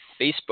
Facebook